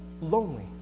lonely